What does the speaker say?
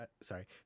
Sorry